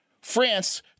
France